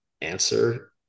answer